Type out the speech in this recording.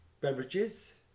beverages